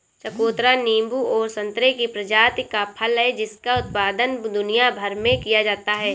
चकोतरा नींबू और संतरे की प्रजाति का फल है जिसका उत्पादन दुनिया भर में किया जाता है